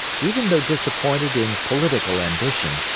even though disappointed in political ambition,